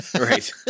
Right